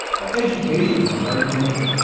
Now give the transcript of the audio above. by education a card-maker,